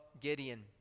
Gideon